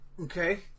Okay